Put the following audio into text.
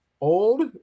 old